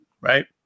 Right